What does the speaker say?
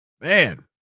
man